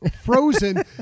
frozen